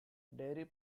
dairy